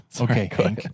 Okay